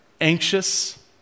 anxious